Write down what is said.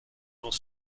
vont